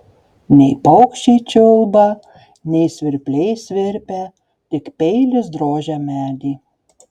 nei paukščiai čiulba nei svirpliai svirpia tik peilis drožia medį